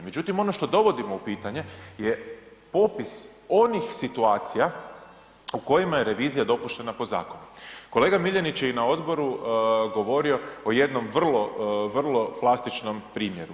Međutim, ono što dovodimo u pitanje je popis onih situacija u kojima je revizija dopuštena po zakonu, kolega Miljenić je i na odboru govorio o jednom vrlo, vrlo plastičnom primjeru.